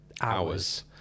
Hours